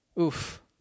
oof